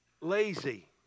lazy